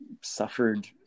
suffered